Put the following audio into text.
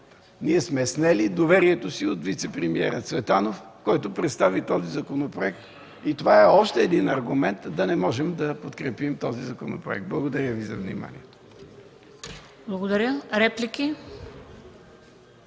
Ние сме снели доверието си от вицепремиера Цветанов, който представи този законопроект. И това е още един аргумент да не можем да подкрепим този законопроект. Благодаря Ви за вниманието.